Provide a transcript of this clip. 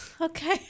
okay